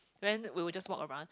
then we will just walk around